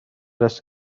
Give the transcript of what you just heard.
است